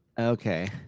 Okay